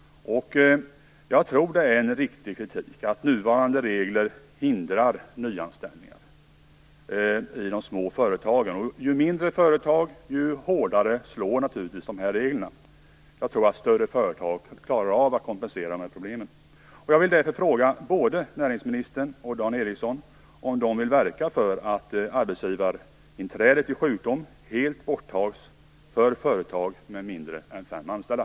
Jag tror att det är en riktig kritik att nuvarande regler hindrar nyanställningar i de små företagen. Ju mindre företag, desto hårdare slår naturligtvis dessa regler. Jag tror att större företag klarar av att kompensera dessa problem. Jag vill därför fråga både näringsministern och Dan Ericsson om de vill verka för att arbetsgivarinträdet vid sjukdom tas bort helt för företag med mindre än fem anställda.